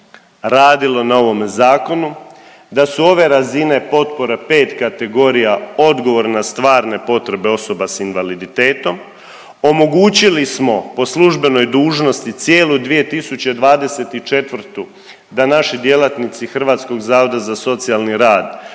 radilo na ovome zakonu, da su ove razine potpora 5 kategorija, odgovor na stvarne potrebe osoba s invaliditetom. Omogućili smo po službenoj dužnosti cijelu 2024. da naši djelatnici Hrvatskog zavoda za socijalni rad